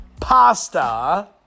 Pasta